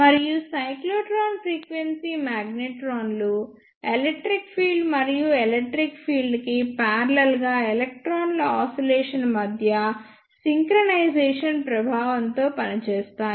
మరియు cyclotron frequency మాగ్నెట్రాన్లు electric field మరియు ఎలక్ట్రిక్ ఫీల్డ్ కి పార్లల్ గా ఎలక్ట్రాన్ల ఆసిలేషన్ మధ్య సింక్రనైజేషన్ ప్రభావంతో పనిచేస్తాయి